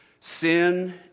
Sin